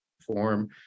form